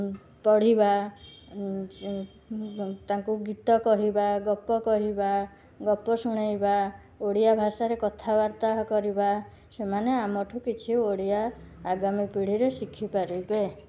ପଢ଼ିବା ତାଙ୍କୁ ଗୀତ କହିବା ଗପ କହିବା ଗପ ଶୁଣେଇବା ଓଡ଼ିଆ ଭାଷାରେ କଥାବାର୍ତ୍ତା କରିବା ସେମାନେ ଆମଠାରୁ କିଛି ଓଡ଼ିଆ ଆଗାମୀ ପିଢ଼ିରେ ଶିଖି ପାରିବେ